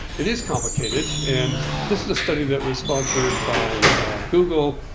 it is complicated. and this is a study that was sponsored by google,